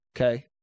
Okay